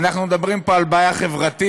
אנחנו מדברים פה על בעיה חברתית,